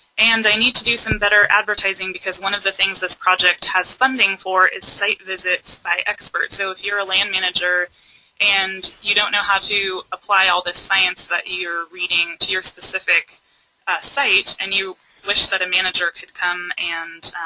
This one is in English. and i need to do some better advertising because one of the things this project has funding for is site visits by experts. so if you're a land manager and you don't know how to apply all this science that your reading to your specific site and you wish that a manager could come and,